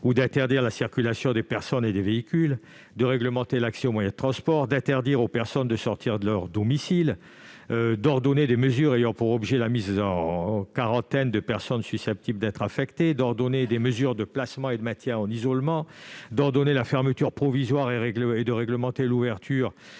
ou d'interdire la circulation des personnes et des véhicules, de réglementer l'accès aux moyens de transport, d'interdire aux personnes de sortir de leur domicile, d'ordonner des mesures ayant pour objet la mise en quarantaine de personnes susceptibles d'être infectées, d'ordonner des mesures de placement et de maintien en isolement, d'ordonner la fermeture provisoire et de réglementer l'ouverture